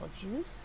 juice